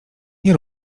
nie